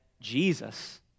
Jesus